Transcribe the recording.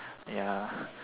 ya